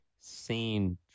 seen